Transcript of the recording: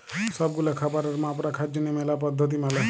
সব গুলা খাবারের মাপ রাখার জনহ ম্যালা পদ্ধতি মালে